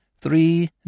Three